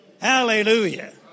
Hallelujah